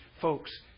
folks